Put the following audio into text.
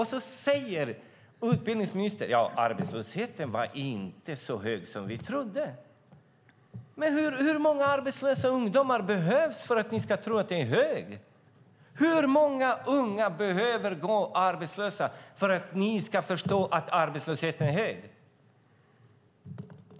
Då säger utbildningsministern att arbetslösheten inte blev så hög som vi trodde att den skulle bli. Men hur många arbetslösa ungdomar behövs för att ni ska anse att arbetslösheten är hög? Hur många unga behöver gå arbetslösa för att ni ska förstå att arbetslösheten är hög?